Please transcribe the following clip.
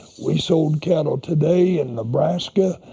we sold cattle today in nebraska.